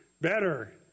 better